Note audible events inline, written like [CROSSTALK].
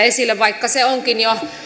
[UNINTELLIGIBLE] esille vaikka se onkin jo